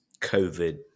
COVID